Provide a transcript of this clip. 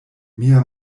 mia